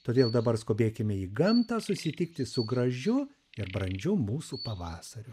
todėl dabar skubėkime į gamtą susitikti su gražiu ir brandžiu mūsų pavasariu